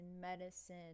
medicine